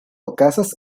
okazas